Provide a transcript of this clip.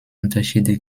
unterschiede